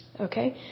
Okay